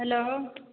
hello